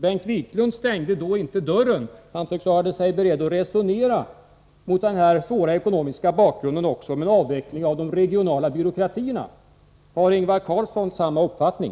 Bengt Wiklund stängde då inte dörren, utan förklarade sig beredd att resonera, mot denna svåra ekonomiska bakgrund, om en avveckling av de regionala byråkratierna. Har Ingvar Carlsson samma uppfattning?